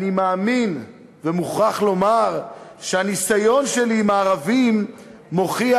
אני מאמין ומוכרח לומר שהניסיון שלי עם הערבים מוכיח